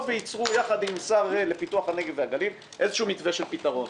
ייצרו ביחד עם השר לפיתוח הנגב והגליל איזשהו מתווה של פתרון.